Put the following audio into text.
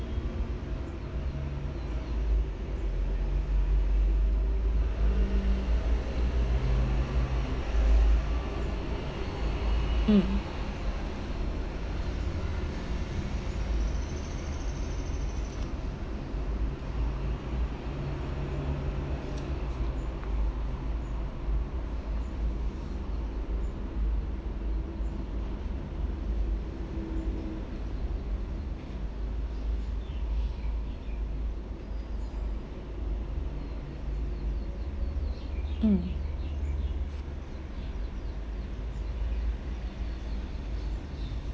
mm mm